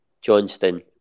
Johnston